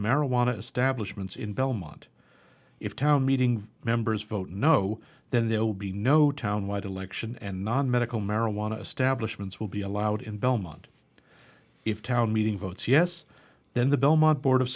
marijuana establishment in belmont if town meeting members vote no then there will be no town white election and non medical marijuana establishment will be allowed in belmont if town meeting votes yes then the belmont board of